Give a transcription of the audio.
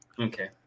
Okay